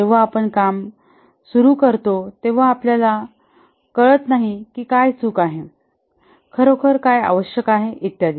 जेव्हा आपण काम सुरू सुरु करतो तेव्हा आपल्याला काळात नाही की काय चूक आहे खरोखर काय आवश्यक आहे इत्यादी